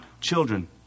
children